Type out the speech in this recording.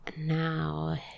Now